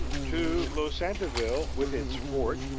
to losantiville, with its fort,